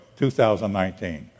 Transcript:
2019